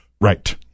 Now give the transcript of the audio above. right